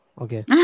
okay